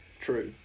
True